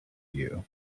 you